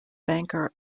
banker